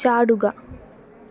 ചാടുക